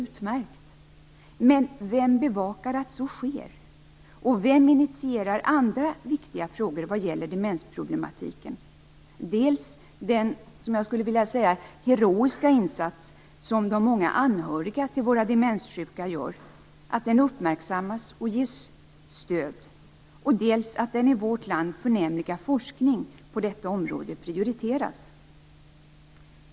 Men vem bevakar att så sker? Och vem initierar andra viktiga frågor vad gäller demensproblematiken - dels att den "heroiska" insats som de många anhöriga till våra demenssjuka gör uppmärksammas och ges stöd, dels att den i vårt land förnämliga forskningen på detta område prioriteras?